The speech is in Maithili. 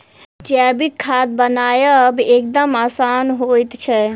जैविक खाद बनायब एकदम आसान होइत छै